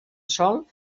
sol